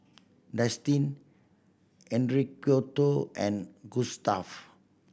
Destin Enriqueta and Gustaf